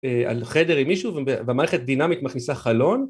על חדר עם מישהו והמערכת דינמית מכניסה חלון